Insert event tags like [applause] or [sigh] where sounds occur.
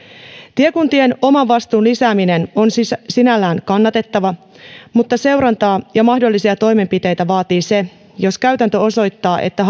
tiekuntien oman vastuun lisääminen on sinällään kannatettavaa mutta seurantaa ja mahdollisia toimenpiteitä vaatii se jos käytäntö osoittaa että [unintelligible]